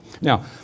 Now